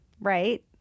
right